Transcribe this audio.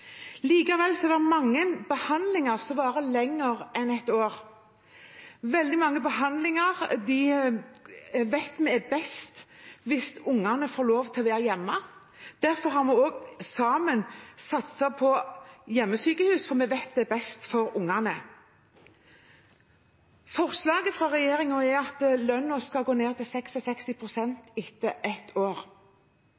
er best hvis ungene får lov til å være hjemme. Derfor har vi sammen satset på hjemmesykehus, for vi vet at det er best for ungene. Forslaget fra regjeringen er at lønnen skal gå ned til